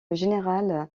général